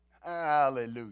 Hallelujah